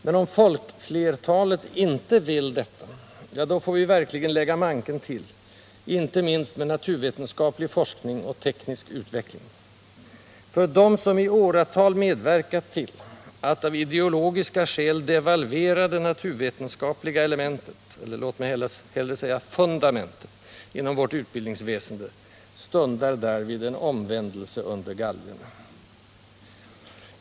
Men om ”folkflertalet” inte vill detta, ja, då får vi verkligen lägga manken till, inte minst med naturvetenskaplig forskning och teknisk utveckling. För dem som i åratal medverkat till att av ideologiska skäl devalvera det naturvetenskapliga elementet — eller låt mig hellre säga fundamentet — inom vårt utbildningsväsende stundar därvid en omvändelse under galgen.